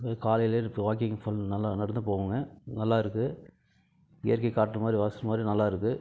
காலையில் எனக்கு வாக்கிங் போகணுனா நடந்து போவேங்க நல்லா இருக்குது இயற்கை காற்று மாதிரி நல்லா இருக்குது